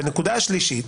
בנקודה השלישית,